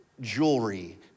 jewelry